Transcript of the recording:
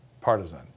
partisan